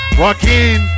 Joaquin